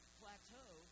plateau